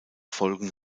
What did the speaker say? folgen